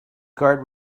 guard